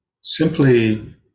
simply